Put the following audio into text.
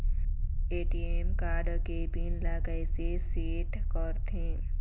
ATM card के pin ला कैसे सेट करथे?